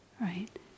right